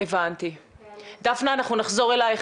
עבדתי הרבה שנים עם חילי בבית הספר,